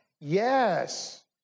Yes